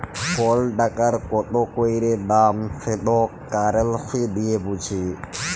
call টাকার কত ক্যইরে দাম সেট কারেলসি দিঁয়ে বুঝি